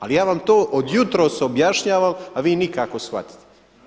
Ali ja vam to od jutros objašnjavam, a vi nikako shvatiti.